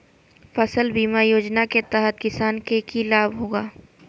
फसल बीमा योजना के तहत किसान के की लाभ होगा?